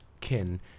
kin